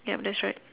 yup that's right